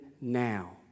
now